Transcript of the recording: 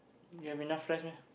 you have enough friends meh